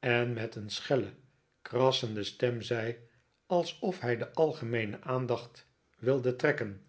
en met een schelle krassende stem zei alsof hij de algemeene aandacht wilde trekken